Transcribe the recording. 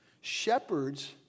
shepherds